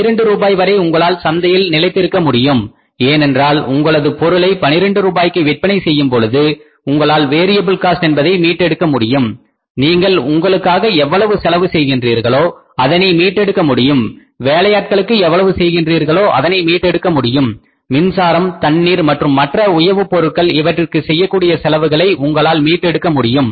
12 ரூபாய் வரை உங்களால் சந்தையில் நிலைத்திருக்க முடியும் ஏனென்றால் உங்களது பொருளை 12 ரூபாய்க்கு விற்பனை செய்யும் பொழுது உங்களால் வேரியபில் காஸ்ட் என்பதை மீட்டெடுக்க முடியும் நீங்கள் உங்களுக்காக எவ்வளவு செலவு செய்கிறீர்களோ அதனை மீட்டெடுக்க முடியும் வேலையாட்களுக்கு எவ்வளவு செலவு செய்கிறீர்களோ அதனை மீட்டெடுக்க முடியும் மின்சாரம் தண்ணீர் மற்றும் மற்ற உயவுப்பொருட்கள் இவற்றிக்கு செய்யக்கூடிய செலவுகளை உங்களால் மீட்டெடுக்க முடியும்